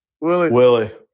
Willie